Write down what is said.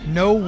no